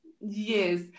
Yes